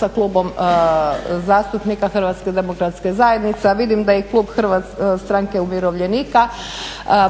sa Klubom zastupnika HDZ-a, a vidim da i klub HSU-a